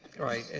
right?